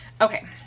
Okay